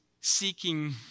seeking